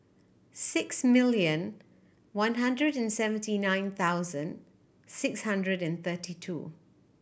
six million one hundred and seventy nine thousand six hundred and thirty two